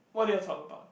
what did y'all talk about